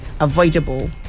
avoidable